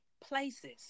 places